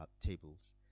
tables